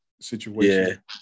situation